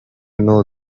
know